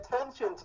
attention